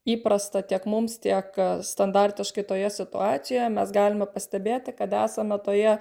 įprasta tiek mums tiek standartiškai toje situacijoje mes galime pastebėti kad esame toje